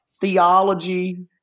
Theology